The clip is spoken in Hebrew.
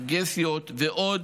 רגרסיות ועוד.